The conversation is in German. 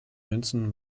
münzen